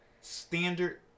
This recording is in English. standard